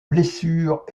blessures